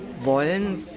wollen